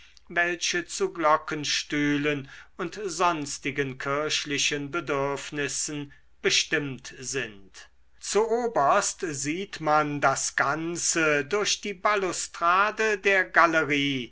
welche zu glockenstühlen und sonstigen kirchlichen bedürfnissen bestimmt sind zu oberst sieht man das ganze durch die balustrade der galerie